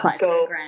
go